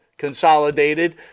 consolidated